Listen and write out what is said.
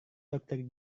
dokter